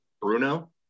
bruno